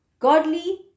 Godly